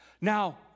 now